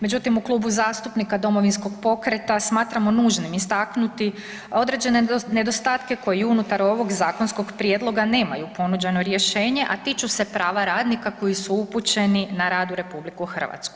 Međutim u Klubu zastupnika Domovinskog pokreta smatramo nužnim istaknuti određene nedostatke koji unutar ovog zakonskog prijedloga nemaju ponuđeno rješenje, a tiču se prava radnika koji su upućeni na rad u RH.